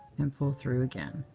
and pull through again.